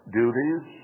duties